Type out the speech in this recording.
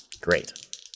Great